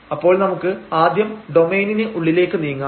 അപ്പോൾ നമുക്ക് ആദ്യം ഡൊമെയ്നിന് ഉള്ളിലേക്ക് നീങ്ങാം